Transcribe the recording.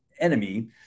enemy